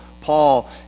Paul